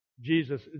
Jesus